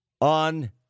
on